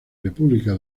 república